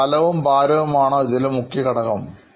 സ്ഥലവും ഭാരവും ആണ് ഇതിലെ മുഖ്യ ഘടകം അല്ലേ